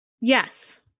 Yes